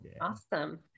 Awesome